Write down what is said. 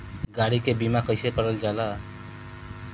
गाड़ी के बीमा कईसे करल जाला?